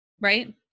Right